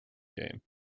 game